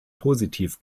positiv